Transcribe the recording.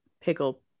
pickle